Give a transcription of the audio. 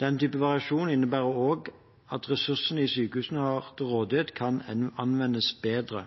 Den type variasjon innebærer også at ressursene sykehusene har til rådighet, kan anvendes bedre.